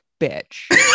bitch